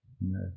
No